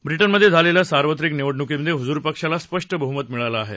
Britain मध्ये झालेल्या सार्वत्रिक निवडणुकीमध्ये हुजूर पक्षाला स्पष्ट बहुमत मिळालं आहे